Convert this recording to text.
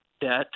debt